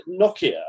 nokia